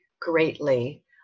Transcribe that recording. greatly